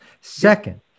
Second